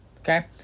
Okay